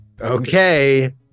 Okay